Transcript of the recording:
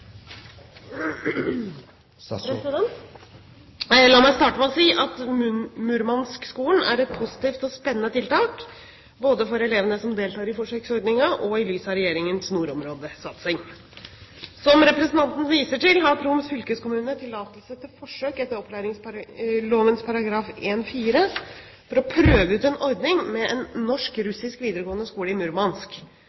prosjektperioden?» La meg starte med å si at Murmansk-skolen er et positivt og spennende tiltak, både for elevene som deltar i forsøksordningen, og i lys av Regjeringens nordområdesatsing. Som representanten viser til, har Troms fylkeskommune tillatelse til forsøk etter opplæringsloven § 1-4 for å prøve ut en ordning med en